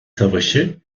savaşı